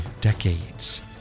decades